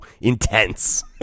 intense